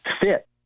fit